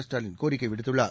ஸ்டாலின் கோரிக்கை விடுத்துள்ளார்